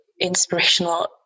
inspirational